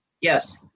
Yes